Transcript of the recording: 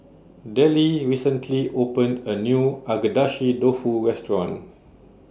Dellie recently opened A New Agedashi Dofu Restaurant